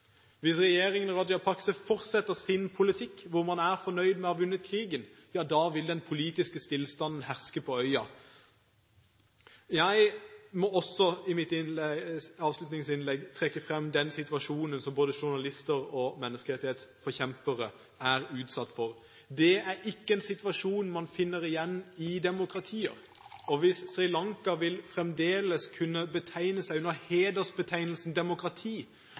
Hvis regjeringen Rajapaksa fortsetter sin politikk – med å være fornøyd med å ha vunnet krigen – vil den politiske stillstanden herske på øya. Jeg må også, i mitt avslutningsinnlegg, trekke fram den situasjonen som både journalister og menneskerettighetsforkjempere er utsatt for. Dette er ikke en situasjon man finner igjen i demokratier, og hvis Sri Lanka fremdeles skal kunne bruke hedersbetegnelsen «demokrati» om seg